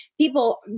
people